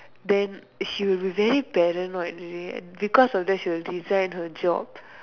then she will be very paranoid already and because of that she will resign her job